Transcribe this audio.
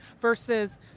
versus